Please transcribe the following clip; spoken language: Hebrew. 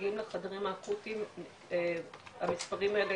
שמגיעים לחדרים האקוטיים המספרים בידייך,